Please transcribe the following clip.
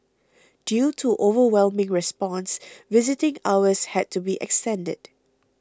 due to overwhelming response visiting hours had to be extended